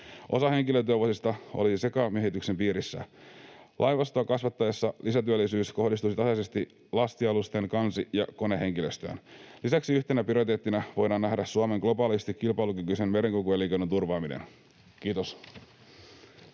Osa henkilötyövuosista olisi sekamiehityksen piirissä. Laivastoa kasvatettaessa lisätyöllisyys kohdistuisi tasaisesti lastialusten kansi- ja konehenkilöstöön. Lisäksi yhtenä prioriteettina voidaan nähdä Suomen globaalisti kilpailukykyisen merenkulkuelinkeinon turvaaminen. — Kiitos.